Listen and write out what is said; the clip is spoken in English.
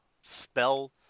spell